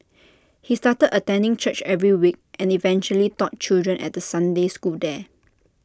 he started attending church every week and eventually taught children at the Sunday school there